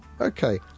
Okay